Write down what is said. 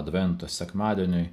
advento sekmadieniui